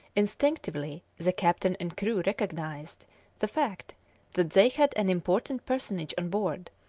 instinctively the captain and crew recognized the fact that they had an important personage on board,